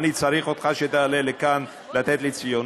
אני צריך אותך שתעלה לכאן לתת לי ציונים?